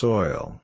Soil